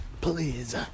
Please